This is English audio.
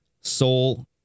Soul